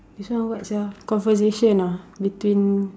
this one what sia conversation ah between